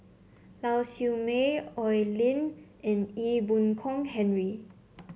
Lau Siew Mei Oi Lin and Ee Boon Kong Henry